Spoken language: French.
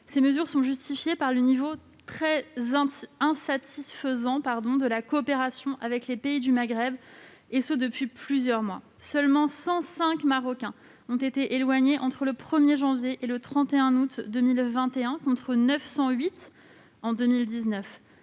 Ces mesures sont justifiées par le niveau très insatisfaisant de la coopération avec les pays du Maghreb, et ce depuis plusieurs mois : seulement 105 Marocains ont été éloignés entre le 1 janvier et le 31 août 2021, contre 908 en 2019